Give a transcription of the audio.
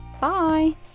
bye